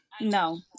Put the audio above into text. No